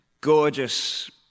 gorgeous